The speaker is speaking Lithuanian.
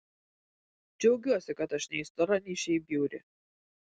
džiaugiuosi kad aš nei stora nei šiaip bjauri